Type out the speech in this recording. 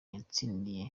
yatsindiye